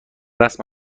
رسم